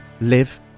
live